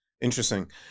interesting